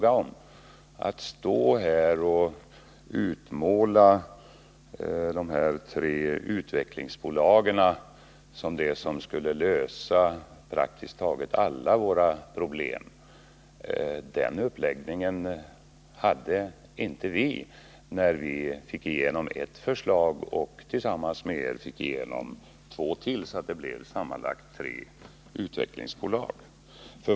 Att stå här och utmåla de tre utvecklingsbolagen såsom det som skulle lösa praktiskt taget alla våra problem är väl ändå att gå för långt. Den uppläggningen hade inte vi när vi fick igenom ett förslag här i riksdagen och tillsammans med er ytterligare två, så att det kom att gälla sammanlagt tre utvecklingsbolag.